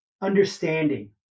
understanding